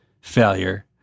failure